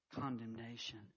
condemnation